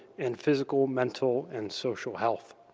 and physical, mental and social health.